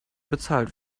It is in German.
bezahlt